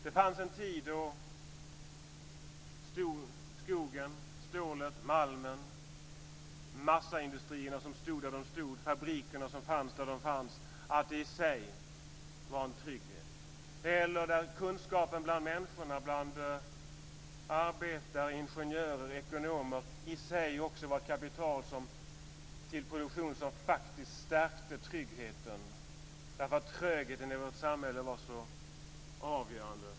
Det fanns en tid då skogen, stålet, malmen, massaindustrierna som stod där de stod, fabrikerna som fanns där de fanns i sig var en trygghet. Kunskaperna bland människorna, arbetare, ingenjörer, ekonomer var i sig ett kapital till produktion som faktiskt stärkte tryggheten, därför att trögheten i vårt samhälle var så avgörande.